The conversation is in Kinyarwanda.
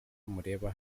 mureba